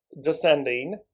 descending